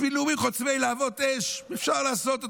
בשביל נאומים חוצבי להבות אש, אפשר לעשות אותם.